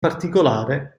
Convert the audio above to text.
particolare